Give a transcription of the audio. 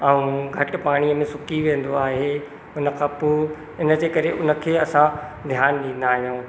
ऐं घटि पाणीअ में सुकी वेंदो आहे इन खां पोइ इन जे करे उन खे असां ध्यानु ॾींदा आहियूं